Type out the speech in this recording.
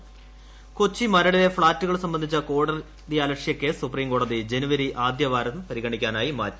മരട് കൊച്ചി മരടിലെ ഫ്ളാറ്റുകൾ സംബന്ധിച്ച കോടതിയലക്ഷ്യ കേസ് സുപ്രീംകോടതി ജനുവരി ആദ്യവാരം പരിഗണിക്കാനായി മാറ്റി